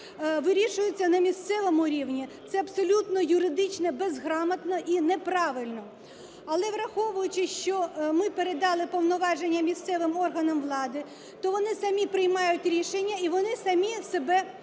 вирішуються на місцевому рівні. Це абсолютно юридично безграмотно і неправильно. Але враховуючи, що ми передали повноваження місцевим органам влади, то вони самі приймають рішення і вони самі себе контролюють